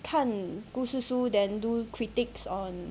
看故事书 then do critics on